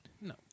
No